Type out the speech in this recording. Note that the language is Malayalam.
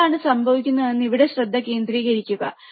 എന്താണ് സംഭവിക്കുന്നതെന്ന് ഇവിടെ ശ്രദ്ധ കേന്ദ്രീകരിക്കുക